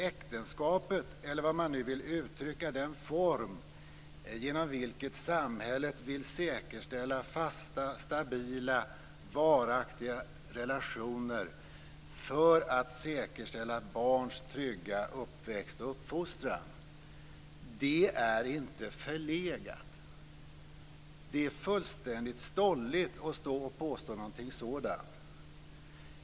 Äktenskapet - eller hur man nu vill uttrycka den form genom vilken samhället vill säkerställa fasta, stabila, varaktiga relationer för att säkerställa barns trygga uppväxt och uppfostran - är inte förlegat. Det är fullständigt stolligt att påstå någonting sådant.